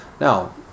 Now